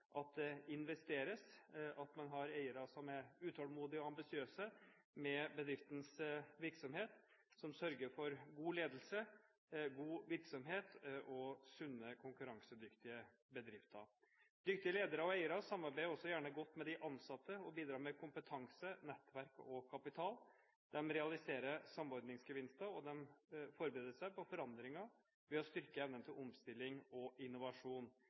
at det investeres, at man har eiere som er utålmodige og ambisiøse med bedriftens virksomhet, og som sørger for god ledelse og virksomhet og sunne, konkurransedyktige bedrifter. Dyktige ledere og eiere samarbeider også gjerne godt med de ansatte og bidrar med kompetanse, nettverk og kapital. De realiserer samordningsgevinster, og de forbereder seg på forandringer ved å styrke evnen til omstilling og innovasjon.